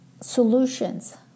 solutions